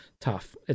Tough